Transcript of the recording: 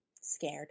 scared